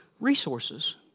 resources